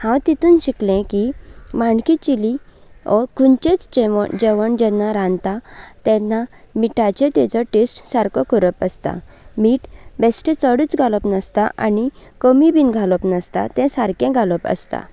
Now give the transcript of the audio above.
हांव ततूंत शिकलें की माणकी चिली ऑर खंयचेंच जेवण जेन्ना रांदता तेन्ना मिठाचो तो जो टेस्ट सारको करप आसता मीठ बेस्टे चडूच घालप नासता आनी कमी बी घालप नासता तें सारकें घालप आसता